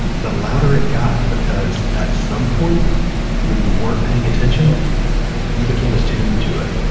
the louder it got because at some point when you weren't paying attention you became attuned to it.